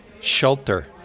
shelter